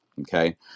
okay